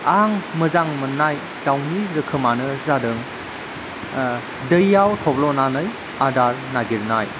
आं मोजां मोननाय दाउनि रोखोमानो जादों दैयाव थब्ल'नानै आदार नागिरनाय